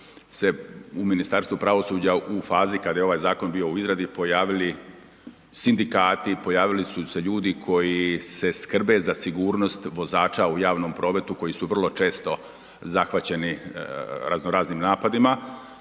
u Ministarstvu pravosuđa u fazi kada je ovaj zakon bio u izradi pojavili sindikati, pojavili su se ljudi koji se skrbe za sigurnost vozača u javnom prometu koji su vrlo često zahvaćeni razno raznim napadima